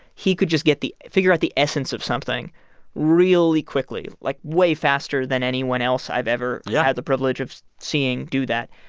he could just get the figure out the essence of something really quickly like, way faster than anyone else i've ever yeah had the privilege of seeing do that.